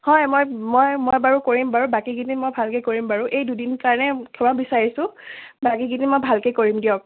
হয় মই মই মই বাৰু কৰিম বাৰু বাকী কেইদিন মই ভালকৈ কৰিম বাৰু এই দুদিন কাৰণে ক্ষমা বিচাৰিছোঁ বাকী কেইদিন মই ভালকৈ কৰিম দিয়ক